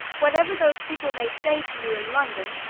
whatever those people may say to you in london,